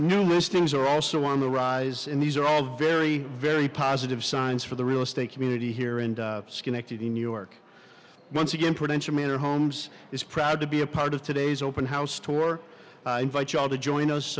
new listings are also on the rise in these are all very very positive signs for the real estate community here and schenectady new york once again potential manor homes is proud to be a part of today's open house tour invite you all to join